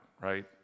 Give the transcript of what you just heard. right